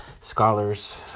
scholars